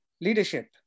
leadership